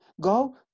go